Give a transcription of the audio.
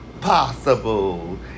possible